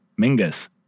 Mingus